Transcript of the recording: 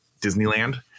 Disneyland